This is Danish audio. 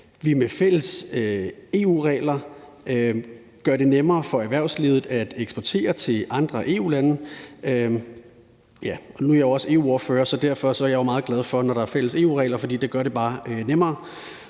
vi med fælles EU-regler gør det nemmere for erhvervslivet at eksportere til andre EU-lande. Nu er jeg også EU-ordfører, så derfor er jeg jo meget glad for det, når der er fælles EU-regler, for det gør det bare nemmere.